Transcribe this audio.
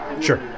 Sure